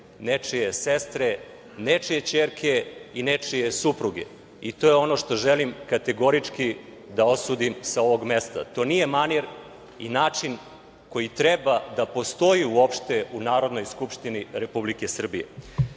nečije sestre, nečije ćerke i nečije supruge i to je ono što želim kategorički da osudim sa ovog mesta. To nije manir i način koji treba da postoji uopšte u Narodnoj skupštini Republike Srbije. Sada